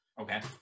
Okay